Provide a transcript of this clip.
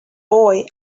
boy